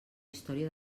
història